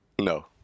No